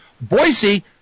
Boise